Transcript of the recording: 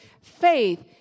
faith